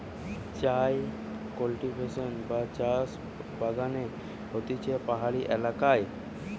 চায় কাল্টিভেশন বা চাষ চা বাগানে হতিছে পাহাড়ি এলাকায়